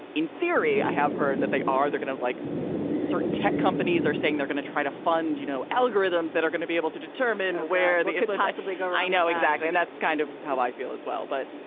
in theory, i have heard that they are they're kind of like certain tech companies are saying they're going to try to fund, you know, algorithms that are going to be able to determine where they could possibly go. i know. exactly. and that's kind of how i feel as well but,